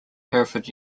hereford